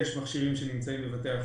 יש מכשירים שנמצאים בבתי החולים,